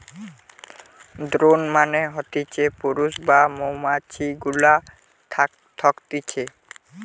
drone মানে হতিছে পুরুষ যে মৌমাছি গুলা থকতিছে